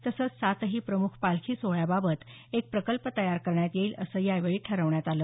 तसंच सातही प्रमुख पालखी सोहळ्याबाबत एक प्रकल्प तयार करण्यात येईल असं या वेळी ठरवण्यात आलं